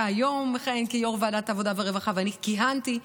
אתה היום מכהן כיו"ר ועדת העבודה והרווחה ואני כיהנתי.